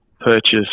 purchase